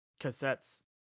Cassettes